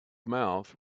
mouth